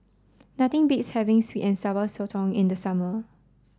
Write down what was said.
nothing beats having Sweet and Sour Sotong in the summer